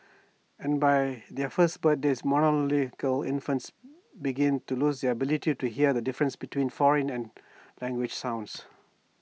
and by their first birthdays monolingual infants begin to lose their ability to hear the differences between foreign and language sounds